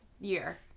year